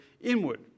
inward